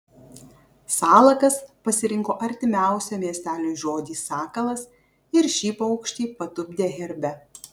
salakas pasirinko artimiausią miesteliui žodį sakalas ir šį paukštį patupdė herbe